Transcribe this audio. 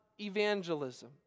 evangelism